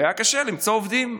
והיה קשה למצוא עובדים.